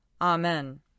Amen